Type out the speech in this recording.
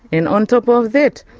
and on top of that,